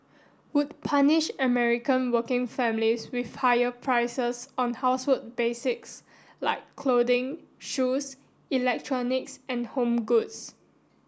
would punish American working families with higher prices on household basics like clothing shoes electronics and home goods